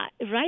right